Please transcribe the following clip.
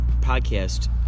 podcast